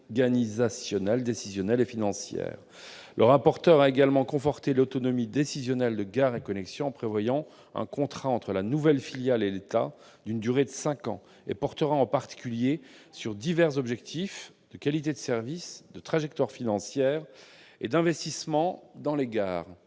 organisationnelle, décisionnelle et financière. Le rapporteur a également conforté l'autonomie décisionnelle de Gares & Connexions en prévoyant un contrat entre la nouvelle filiale et l'État d'une durée de cinq ans, lequel portera en particulier sur divers objectifs de qualité de service, de trajectoire financière et d'investissement dans les gares.